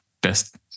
best